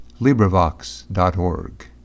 librivox.org